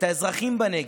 את האזרחים בנגב,